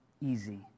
easy